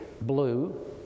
blue